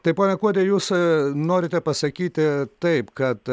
tai pone kuodi jūs norite pasakyti taip kad